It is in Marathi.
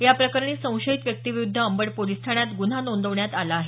या प्रकरणी संशयित व्यक्तीविरूद्ध अंबड पोलीस ठाण्यात गुन्हा नोंदवण्यात आला आहे